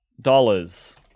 dollars